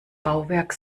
bauwerk